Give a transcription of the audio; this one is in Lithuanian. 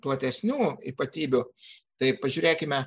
platesnių ypatybių tai pažiūrėkime